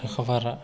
साखा फारा